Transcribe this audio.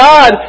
God